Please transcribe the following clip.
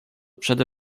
przede